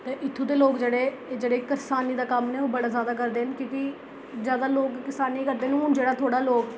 उत्थें दे लोक जेह्ड़े जेह्ड़े करसानी दा कम्म ओह् बड़े जादै करदे न जादै लोक करसानी करदे न हू'न जेह्ड़ा थोह्ड़ा लोक